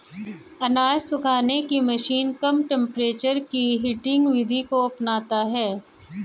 अनाज सुखाने की मशीन कम टेंपरेचर की हीटिंग विधि को अपनाता है